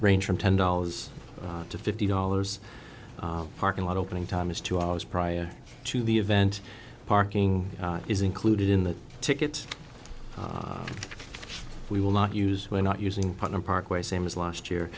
range from ten dollars to fifty dollars parking lot opening time is two hours prior to the event parking is included in the ticket we will not use we're not using part of parkway same as last year